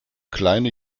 kleine